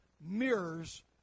mirrors